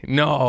no